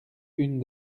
une